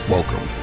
Welcome